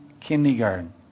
kindergarten